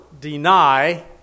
deny